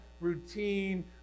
routine